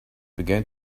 began